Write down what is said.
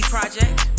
Project